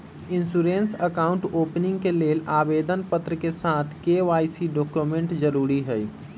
insurance account opening के लेल आवेदन पत्र के साथ के.वाई.सी डॉक्यूमेंट जरुरी हइ